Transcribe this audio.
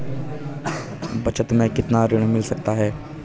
बचत मैं कितना ऋण मिल सकता है?